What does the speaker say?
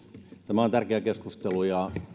tämä on tärkeä keskustelu